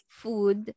food